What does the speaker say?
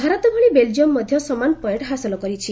ଭାରତ ଭଳି ବେଲ୍ଜିୟମ ମଧ୍ୟ ସମାନ ପଏଣ୍ଟ ହାସଲ କରିଛି